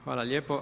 Hvala lijepo.